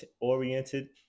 oriented